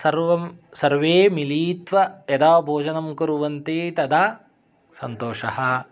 सर्वं सर्वे मिलित्वा यदा भोजनं कुर्वन्ति तदा सन्तोषः